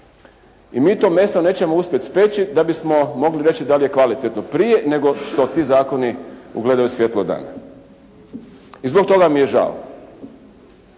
i mi to meso nećemo uspjeti speći da bismo mogli reći da li je kvalitetno prije nego što ti zakoni ugledaju svjetlo dana, i zbog toga mi je žao.